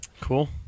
cool